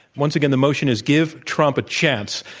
once again, the motion is, give trump a chance.